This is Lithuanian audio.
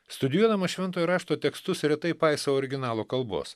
studijuodamas šventojo rašto tekstus retai paisau originalo kalbos